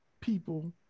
people